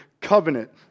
covenant